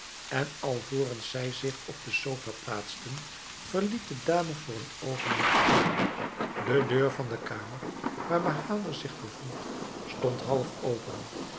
en alvorens zij zich op de sofa plaatsten verliet de dame voor een oogenblik de zaal de deur van de kamer waar bahader zich bevond stond half open